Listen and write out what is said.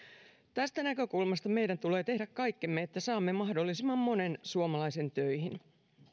tästä näkökulmasta meidän tulee tehdä kaikkemme että saamme mahdollisimman monen suomalaisen töihin